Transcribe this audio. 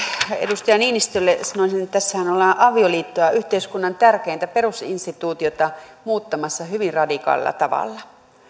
edustaja niinistölle sanoisin että tässähän ollaan avioliittoa yhteiskunnan tärkeintä perusinstituutiota muuttamassa hyvin radikaalilla tavalla